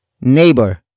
neighbor